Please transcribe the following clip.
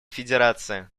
федерация